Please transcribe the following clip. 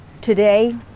Today